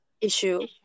issue